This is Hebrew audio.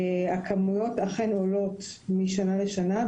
הכמויות אכן עולות משנה לשנה,